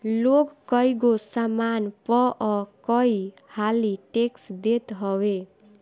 लोग कईगो सामान पअ कई हाली टेक्स देत हवे